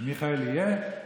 שמיכאל יהיה?